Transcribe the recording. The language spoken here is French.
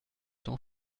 t’en